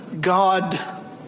God